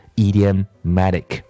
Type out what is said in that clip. idiomatic，